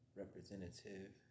representative